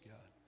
God